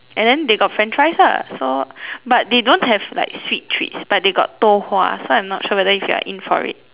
and then they got french fries lah so but they don't have like sweet treats but they got 豆花 so I'm not sure if you're in for it